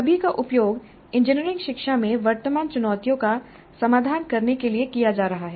सभी का उपयोग इंजीनियरिंग शिक्षा में वर्तमान चुनौतियों का समाधान करने के लिए किया जा रहा है